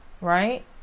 Right